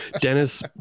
Dennis